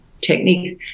techniques